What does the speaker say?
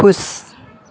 खुश